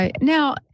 Now